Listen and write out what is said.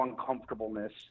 uncomfortableness